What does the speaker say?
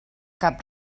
cap